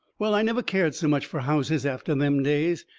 well, i never cared so much fur houses after them days.